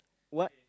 what